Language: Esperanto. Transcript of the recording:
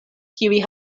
kiuj